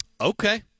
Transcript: Okay